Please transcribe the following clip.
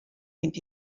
vint